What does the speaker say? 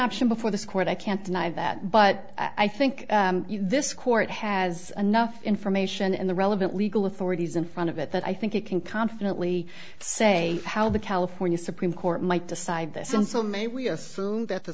option before this court i can't deny that but i think this court has enough information in the relevant legal authorities in front of it that i think it can confidently say how the california supreme court might decide this and so may we assume that the